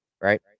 right